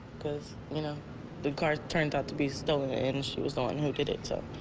because you know because turned out to be stolen and she was the one who did it. so